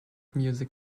music